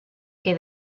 que